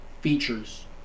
features